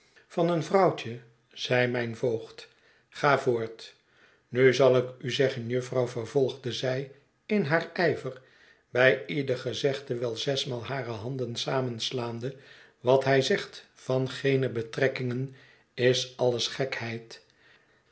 van een vrouwtje zeide mijn voogd ga voort nu zal ik u zeggen jufvrouw vervolgde zij in haar ijver bij ieder gezegde wel zesmaal hare handen samenslaande wat hij zegt van geene betrekkingen is alles gekheid